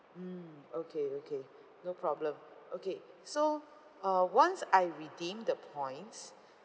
mm okay okay no problem okay so uh once I redeemed the points